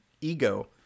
ego